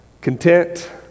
content